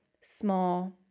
small